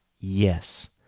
Yes